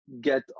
get